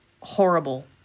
horrible